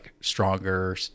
stronger